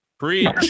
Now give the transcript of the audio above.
Preach